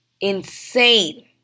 insane